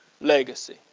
legacy